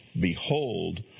Behold